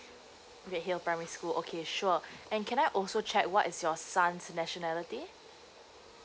redhill primary school okay sure and can I also check what is your son's nationality